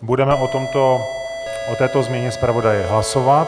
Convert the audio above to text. Budeme o této změně zpravodaje hlasovat.